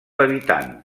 habitant